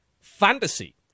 fantasy